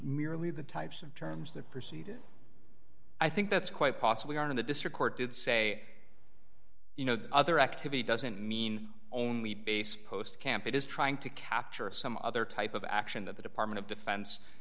merely the types of terms that proceed i think that's quite possibly on the district court did say you know the other activity doesn't mean only base post camp it is trying to capture of some other type of action that the department of defen